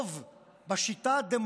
בשיטה הדמוקרטית שלנו,